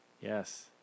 yes